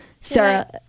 Sarah